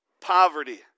poverty